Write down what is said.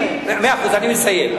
מאה אחוז, אני מסיים.